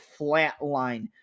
flatline